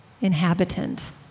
inhabitant